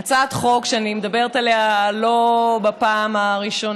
זו הצעת חוק שאני מדברת עליה לא בפעם הראשונה,